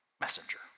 messenger